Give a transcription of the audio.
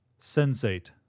Sensate